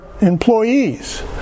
employees